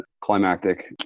climactic